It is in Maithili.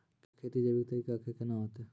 केला की खेती जैविक तरीका के ना होते?